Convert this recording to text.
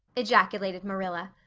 ejaculated marilla.